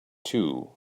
too